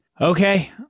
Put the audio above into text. Okay